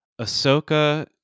Ahsoka